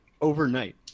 Overnight